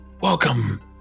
welcome